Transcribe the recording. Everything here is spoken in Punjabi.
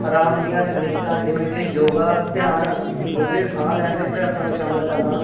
ਆਰਾਮ ਦੀਆਂ ਤਕਨੀਕਾਂ ਜਿਵੇਂ ਕਿ ਯੋਗਾ ਧਿਆਨ ਡੂੰਘੇ ਸਾਹ ਲੈਣ ਦੇ ਅਭਿਆਸਾਂ ਨੂੰ ਸ਼ਾਮਿਲ ਕਰਨਾ